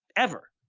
ever,